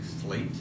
slate